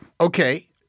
Okay